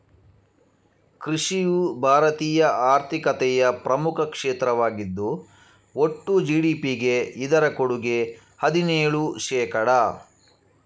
ಕೃಷಿಯು ಭಾರತೀಯ ಆರ್ಥಿಕತೆಯ ಪ್ರಮುಖ ಕ್ಷೇತ್ರವಾಗಿದ್ದು ಒಟ್ಟು ಜಿ.ಡಿ.ಪಿಗೆ ಇದರ ಕೊಡುಗೆ ಹದಿನೇಳು ಶೇಕಡಾ